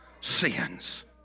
sins